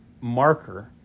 marker